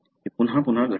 ते पुन्हा पुन्हा घडते